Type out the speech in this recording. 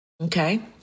Okay